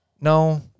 No